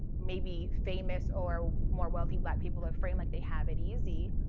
maybe famous or more wealthy black people are framed like they have it easy,